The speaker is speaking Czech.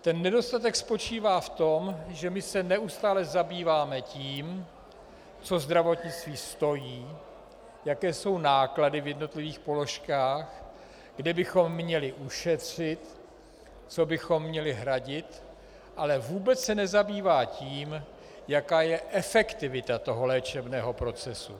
Ten nedostatek spočívá v tom, že se neustále zabýváme tím, co zdravotnictví stojí, jaké jsou náklady v jednotlivých položkách, kde bychom měli ušetřit, co bychom měli hradit, ale vůbec se nezabýváme tím, jaká je efektivita léčebného procesu.